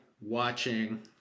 watching